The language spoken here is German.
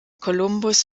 kolumbus